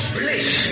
place